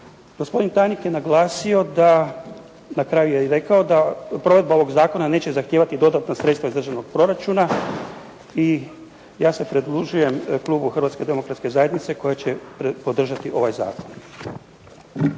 Gospodin tajnik je naglasio da na kraju je rekao da provedba ovog zakona neće zahtijevati dodatna sredstva iz državnog proračuna i ja se pridružujem klubu Hrvatske demokratske zajednice koja će podržati ovaj zakon.